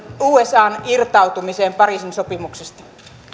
usan irtautumiseen pariisin sopimuksesta